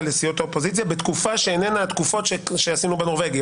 לסיעות האופוזיציה בתקופה שאיננה התקופות שעשינו בנורבגי,